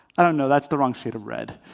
i don't know. that's the wrong shade of red.